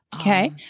Okay